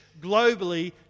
globally